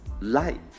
light